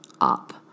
up